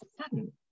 sudden